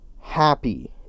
happy